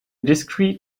discrete